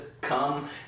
come